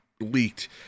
leaked